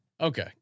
Okay